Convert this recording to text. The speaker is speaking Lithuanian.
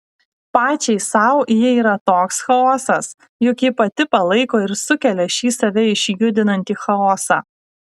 pačiai sau ji yra toks chaosas juk ji pati palaiko ir sukelia šį save išjudinantį chaosą